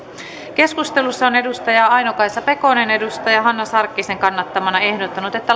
keskustelussa on aino kaisa pekonen hanna sarkkisen kannattamana ehdottanut että